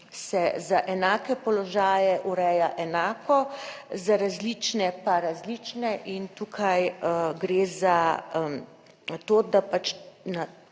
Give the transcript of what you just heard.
se za enake položaje ureja enako, za različne pa različno. In tukaj gre za to, da pač